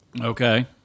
Okay